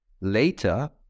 later